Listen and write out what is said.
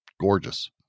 gorgeous